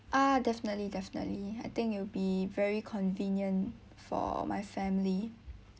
ah definitely definitely I think it'll be very convenient for my family